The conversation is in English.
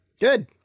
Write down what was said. Good